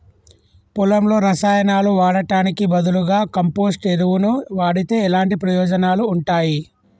పొలంలో రసాయనాలు వాడటానికి బదులుగా కంపోస్ట్ ఎరువును వాడితే ఎలాంటి ప్రయోజనాలు ఉంటాయి?